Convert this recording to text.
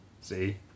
See